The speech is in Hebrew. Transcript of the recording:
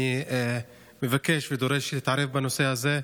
אני מבקש ודורש שתתערב בנושא הזה.